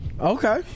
Okay